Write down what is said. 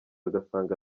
agasanga